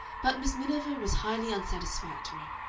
but miss miniver was highly unsatisfactory.